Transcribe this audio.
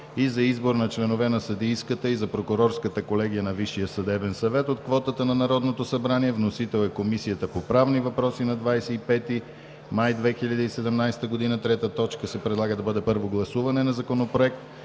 и за избор на членове за съдийската и за прокурорската колегия на Висшия съдебен съвет от квотата на Народното събрание. Вносител е Комисията по правни въпроси на 25 май 2017 година. 3. Първо гласуване на Законопроект